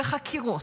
וחקירות,